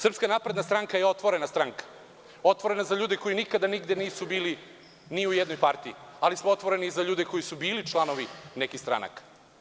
Srpska napredna stranka je otvorena stranka, otvorena za ljude koji nikada nigde nisu bili ni u jednoj partiji, ali smo otvoreni i za ljude koji su bili članovi nekih stranaka.